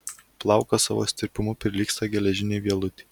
plaukas savo stiprumu prilygsta geležinei vielutei